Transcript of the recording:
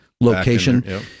location